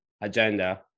agenda